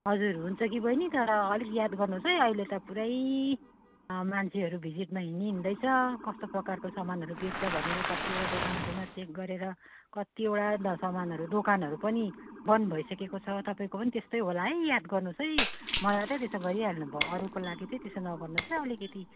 हजुर हुन्छ कि बहिनी तर अलिक याद गर्नुहोस् है अहिले त पुरै मान्छेहरू भिजिटमा हिँडी हिँड्दैछ कस्तो प्रकारको सामानहरू बेच्छ भनेर कत्तिवटा दोकानहरूमा चेक गरेर कत्तिवटा त सामानहरू दोकानहरू पनि बन्द भइसेकेको छ तपाईँको पनि त्यस्तै होला है याद गर्नुहोस् है मलाई त त्यसो गरिहाल्नु भयो अरूको लागि चाहिँ त्यसो नगर्नुहोस् है अलिकति